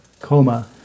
Coma